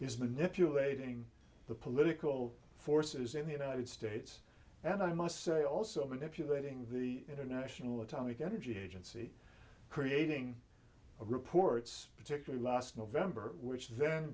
manipulating the political forces in the united states and i must say also manipulating the international atomic energy agency creating reports particularly last november which then